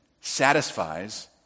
satisfies